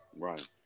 Right